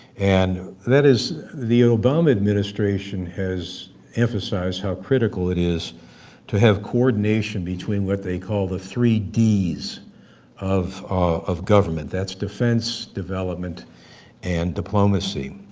and that is the obama administration has emphasized how critical it is to have coordination between what they call the three d's of of government. that's defense, development and diplomacy.